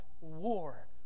war